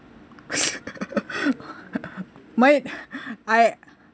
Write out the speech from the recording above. my I